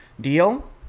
deal